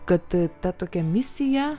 kad ta tokia misija